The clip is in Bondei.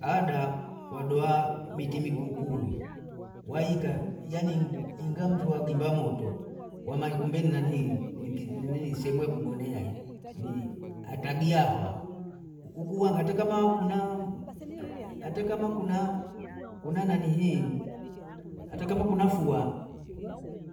Ada wadoa miti mikuu kuu hii, waika yaani ingamtu agimba moto wama ikumbili nanii mki sehemu ya kugonea ile ni atagiahwa, huku wanga hata kama kuna hata kama kuna nanihii hata kama kuna fua